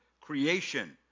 creation